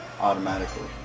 automatically